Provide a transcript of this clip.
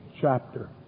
chapter